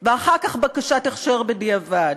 ואחר כך בקשת הכשר בדיעבד.